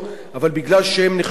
אבל מפני שהם נחשבים,